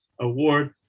Award